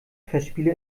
festspiele